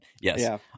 Yes